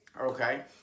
okay